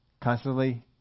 Constantly